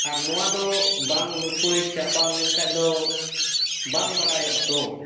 ᱟᱨ ᱱᱚᱣᱟ ᱫᱚ ᱵᱟᱝ ᱞᱟᱹᱯᱟᱹᱭ ᱪᱟᱯᱟᱞ ᱞᱮᱱᱠᱷᱟᱱ ᱫᱚ ᱵᱟᱝ ᱵᱟᱰᱟᱭᱚᱜᱼᱟ ᱛᱚ